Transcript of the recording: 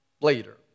later